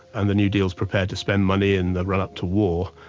and the new deal's prepared to spend money in the run-up to war,